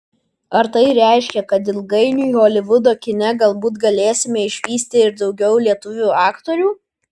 ar tai reiškia kad ilgainiui holivudo kine galbūt galėsime išvysti ir daugiau lietuvių aktorių